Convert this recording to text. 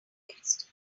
context